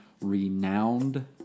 Renowned